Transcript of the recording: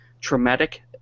traumatic